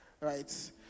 right